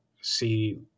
see